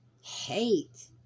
Hate